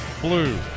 blue